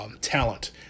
talent